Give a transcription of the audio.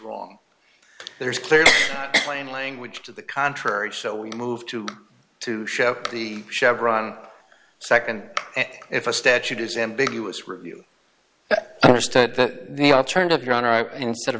wrong there's clear plain language to the contrary so we moved to to show the chevron nd if a statute is ambiguous review understood that the alternative your honor instead of